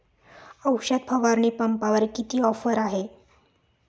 औषध फवारणी पंपावर किती ऑफर आहे?